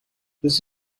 this